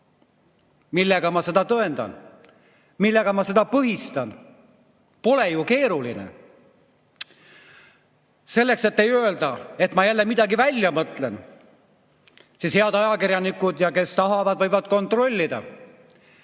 Millega ma seda tõendan? Millega ma seda põhistan? Pole ju keeruline. Selleks, et ei öeldaks, et ma jälle midagi välja mõtlen, head ajakirjanikud ja teised, kes tahavad, võivad [minu